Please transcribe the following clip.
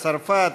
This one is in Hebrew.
צרפת,